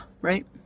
Right